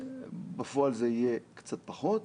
בפועל זה יהיה קצת פחות,